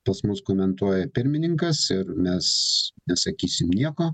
pas mus komentuoja pirmininkas ir mes nesakysim nieko